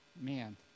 man